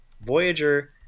Voyager